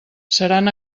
seran